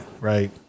Right